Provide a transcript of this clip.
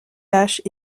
lâches